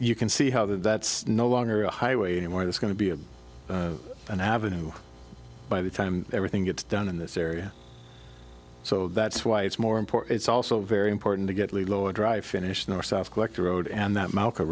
you can see how that that's no longer a highway anymore it is going to be a an avenue by the time everything gets done in this area so that's why it's more important it's also very important to get lilo a dry finish north south collector road and that malcolm